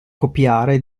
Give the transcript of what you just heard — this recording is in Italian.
copiare